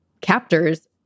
captors